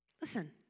Listen